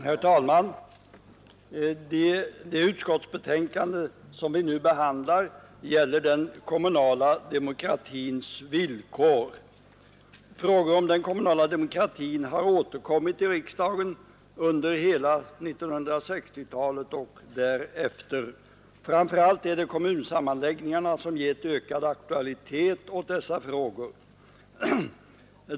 Herr talman! Det utskottsbetänkande vi nu behandlar gäller den kommunala demokratins villkor. Frågor om den kommunala demokratin har återkommit i riksdagen under hela 1960-talet och därefter. Framför allt är det kommunsammanläggningarna som givit ökad aktualitet åt dessa frågor.